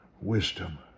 Wisdom